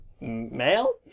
Male